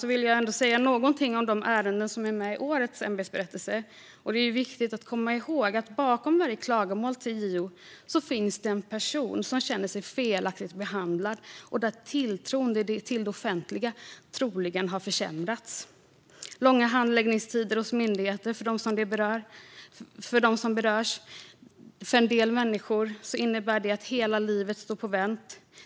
Jag vill ändå säga något om de ärenden som är med i årets ämbetsberättelse. Det är viktigt att komma ihåg att bakom varje klagomål till JO finns en person som känner sig felaktigt behandlad och där tilltron till det offentliga troligen har försämrats. Det kan vara fråga om långa handläggningstider hos myndigheter för dem som berörs. För en del människor innebär det att hela livet står på vänt.